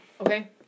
Okay